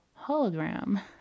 hologram